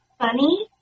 funny